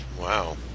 Wow